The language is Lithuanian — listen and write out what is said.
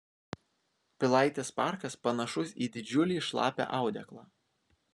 pilaitės parkas panašus į didžiulį šlapią audeklą